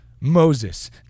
Moses